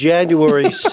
January